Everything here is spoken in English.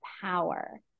power